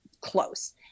close